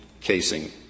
casing